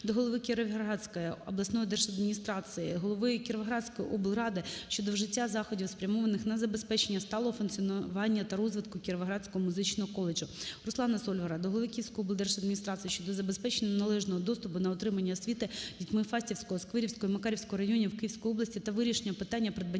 до голови Кіровоградської обласної держадміністрації, голови Кіровоградської облради щодо вжиття заходів, спрямованих на забезпечення сталого функціонування та розвитку Кіровоградського музичного коледжу. Руслана Сольвара до голови Київської облдержадміністрації щодо забезпечення належного доступу на отримання освіти дітьми Фастівського, Сквирського і Макарівського районів Київської області та вирішення питання придбання